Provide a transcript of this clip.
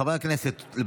חברי הכנסת,